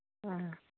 ꯑꯥ